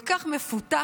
כל כך מפותחת,